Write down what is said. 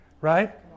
Right